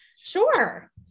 Sure